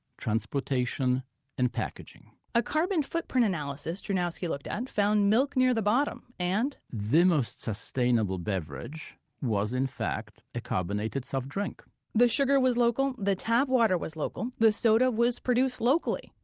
transportation and packaging a carbon footprint analysis drewnowski looked at and found milk near the bottom, and, the most sustainable beverage was in fact a carbonated soft drink the sugar was local, the tap water was local, the soda was produced locally.